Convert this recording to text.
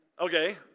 Okay